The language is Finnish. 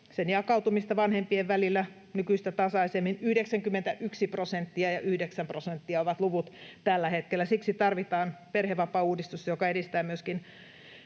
sen jakautumista vanhempien välillä nykyistä tasaisemmin. 91 prosenttia ja 9 prosenttia ovat luvut tällä hetkellä. Siksi tarvitaan perhevapaauudistus, joka edistää myöskin